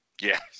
Yes